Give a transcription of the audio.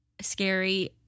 scary